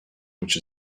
which